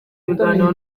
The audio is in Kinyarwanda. ibiganiro